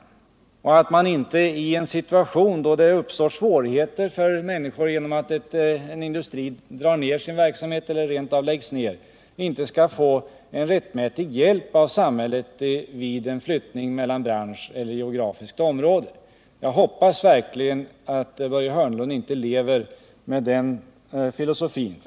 Skall inte samhället i en situation då det uppstår svårigheter för människor genom att en industri inskränker eller rent av lägger ner sin verksamhet biträda med rättmätig hjälp vid en flyttning mellan branscher eller mellan geografiska områden? Jag hoppas verkligen att Börje Hörnlund inte lever med den filosofin.